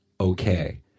okay